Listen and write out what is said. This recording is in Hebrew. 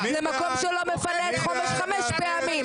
למקום שלא מפנה את חומש 5 פעמים,